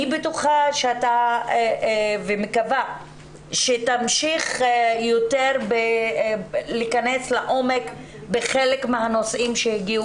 אני בטוחה ומקווה שתמשיך יותר להכנס לעומק בחלק מהנושאים שהגיעו